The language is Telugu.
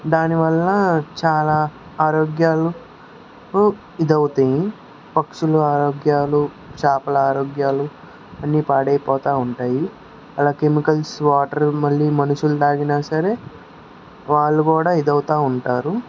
దాని వలన చాలా ఆరోగ్యాలు ఇదవుతాయి పక్షుల ఆరోగ్యాలు చాపల ఆరోగ్యాలు అన్ని పడయిపోతూఉంటాయి అలా కెమికల్స్ వాటర్ మళ్ళీ మనుషులు తాగిన సరే వాళ్ళు కూడా ఇదవుతా ఉంటారు